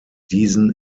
diesen